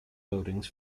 buildings